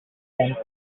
them